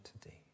today